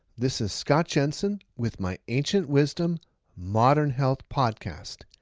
this is scott jensen with my ancient wisdom modern health podcast.